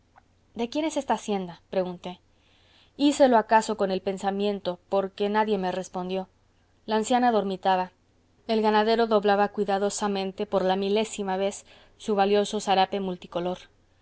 de quién es esta hacienda pregunté hícelo acaso con el pensamiento porque nadie me respondió la anciana dormitaba el ganadero doblaba cuidadosamente por la milésima vez su valioso zarapo multicolor